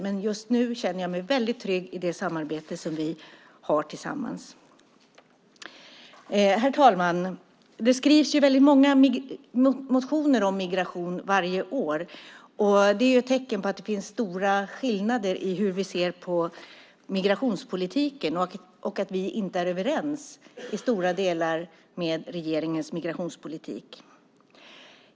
Men just nu känner jag mig väldigt trygg i det samarbete vi har. Herr talman! Det skrivs många motioner om migration varje år. Det är ett tecken på att det finns stora skillnader i hur vi ser på migrationspolitiken och att vi i stora delar inte är överens med regeringens migrationspolitik.